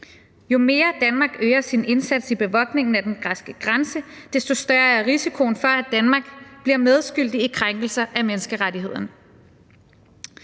Jo mere Danmark øger sin indsats i bevogtningen af den græske grænse, desto større er risikoen for, at Danmark bliver medskyldig i krænkelser af menneskerettighederne.